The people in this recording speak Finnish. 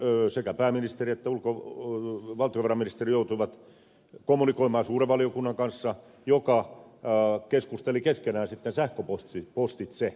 tällöin sekä pääministeri että valtiovarainministeri joutuivat kommunikoimaan suuren valiokunnan kanssa joka keskusteli keskenään sitten sähköpostitse